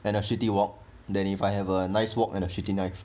and a shitty wok than if I have a nice wok and a shitty knife